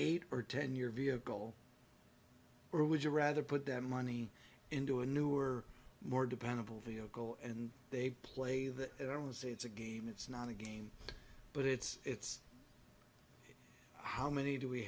eight or ten year vehicle or would you rather put that money into a newer more dependable vehicle and they play that i don't say it's a game it's not a game but it's it's how many do we